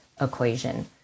equation